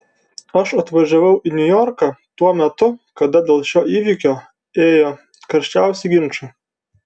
aš atvažiavau į niujorką tuo metu kada dėl šio įvykio ėjo karščiausi ginčai